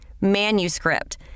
Manuscript